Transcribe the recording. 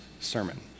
sermon